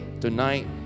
tonight